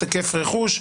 היקף רכוש,